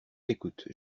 écoute